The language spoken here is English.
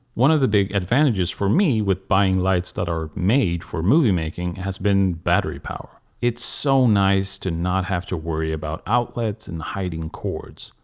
one of the big advantage for me with buying lights that are made for moviemaking has been battery power. it's so nice to not have to worry about outlets and hiding cords.